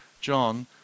John